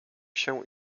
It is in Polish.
się